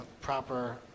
proper